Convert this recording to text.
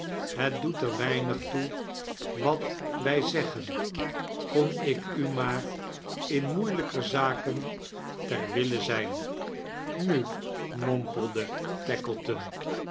het doet er weinig toe wat wij zeggen koii ik u maar m moeilijker zaken ter wille zijn nu mompelde